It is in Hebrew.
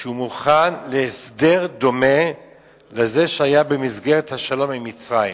שהוא מוכן להסדר דומה לזה שהיה במסגרת השלום עם מצרים.